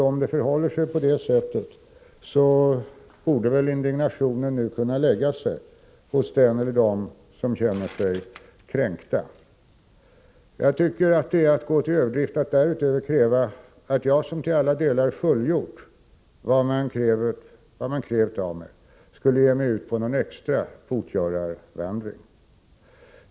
Om det förhåller sig så borde väl indignationen nu kunna lägga sig hos den eller dem som känt sig kränkta. Jag tycker det är att gå till överdrift att därutöver begära att jag, som till alla delar har fullgjort vad som krävts av mig, skulle ge mig ut på någon extra botgörarvandring.